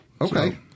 okay